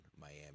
Miami